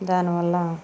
దాని వల్ల